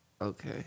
Okay